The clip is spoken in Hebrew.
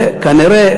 וכנראה,